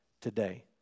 today